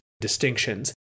distinctions